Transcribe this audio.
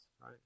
right